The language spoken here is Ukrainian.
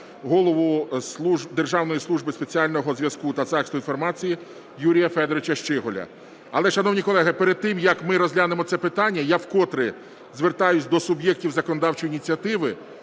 Голову Державної служби спеціального зв'язку та захисту інформації Юрія Федоровича Щиголя. Але, шановні колеги, перед тим як ми розглянемо це питання, я вкотре звертаюсь до суб'єктів законодавчої ініціативи,